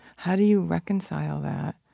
how do you reconcile that?